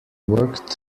worked